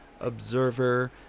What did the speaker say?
Observer